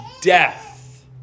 death